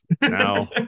No